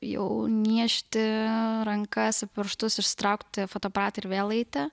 jau niežti rankas pirštus išsitraukti fotoaparatą ir vėl eiti